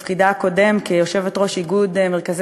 בתפקידה הקודם כיושבת-ראש איגוד מרכזי